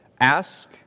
Ask